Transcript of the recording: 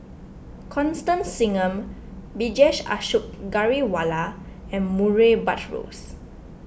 Constance Singam Vijesh Ashok Ghariwala and Murray Buttrose